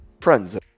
friends